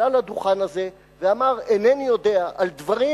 עלה לדוכן הזה ואמר "אינני יודע" על דברים